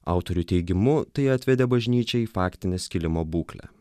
autorių teigimu tai atvedė bažnyčią į faktinę skilimo būklę